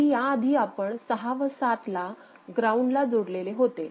तरी या आधी आपण 6 व 7 ला ग्राऊंडला जोडलेले होते